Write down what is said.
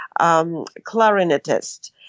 clarinetist